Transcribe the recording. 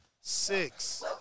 six